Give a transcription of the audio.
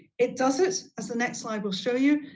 it does it, as the next slide will show you,